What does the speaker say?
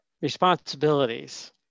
responsibilities